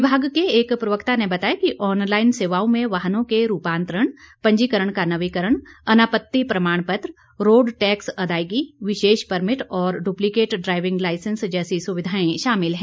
विभाग के एक प्रवक्ता ने बताया कि ऑनलाइन सेवाओं में वाहनों के रूपांतरण पंजीकरण का नवीकरण अनापत्ति प्रमाण पत्र रोड़ टैक्स अदायगी विशेष परमिट और डुप्लिकेट ड्राईविंग लाईसेंस जैसी सुविधाएं शामिल हैं